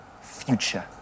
future